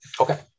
Okay